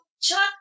chuck